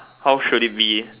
how should it be